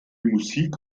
musik